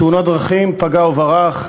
תאונת דרכים פגע-וברח,